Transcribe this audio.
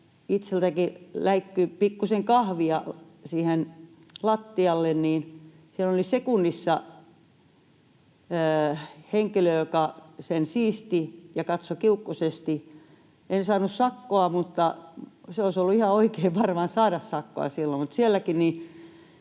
itseltäkin läikkyi pikkuisen kahvia siihen lattialle, niin siinä oli sekunnissa henkilö, joka sen siisti ja katsoi kiukkuisesti. En saanut sakkoa, vaikka olisi varmaan ollut ihan oikein saada sakkoa. Sielläkin,